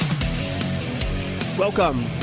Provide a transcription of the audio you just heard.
Welcome